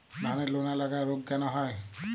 ধানের লোনা লাগা রোগ কেন হয়?